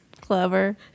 clever